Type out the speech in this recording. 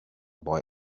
boy